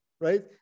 right